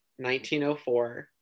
1904